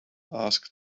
asked